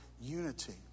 unity